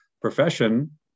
profession